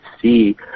see